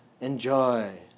enjoy